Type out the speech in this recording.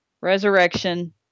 resurrection